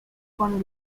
con